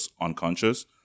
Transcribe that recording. unconscious